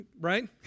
Right